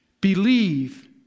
Believe